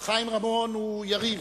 חיים רמון הוא יריב,